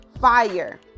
fire